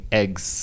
eggs